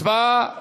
הצבעה אלקטרונית.